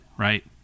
right